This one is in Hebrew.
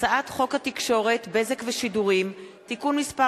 הצעת חוק התקשורת (בזק ושידורים) (תיקון מס'